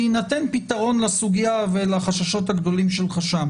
בהינתן פתרון לסוגיה ולחששות הגדולים שלך שם